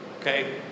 okay